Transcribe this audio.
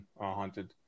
haunted